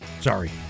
Sorry